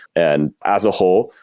and as a whole,